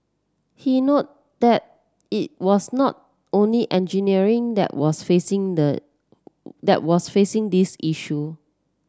he note that it was not only engineering that was facing the that was facing this issue